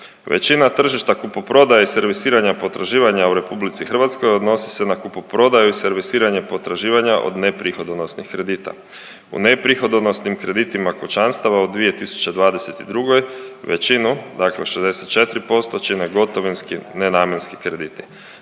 Većina tržišta kupoprodaje i servisiranja potraživanja u RH odnosi se na kupoprodaju i servisiranje potraživanja od neprihodonosnih kredita. U neprihodonosnim kreditima kućanstava u 2022. većinu dakle 64% čine gotovinski nenamjenski krediti,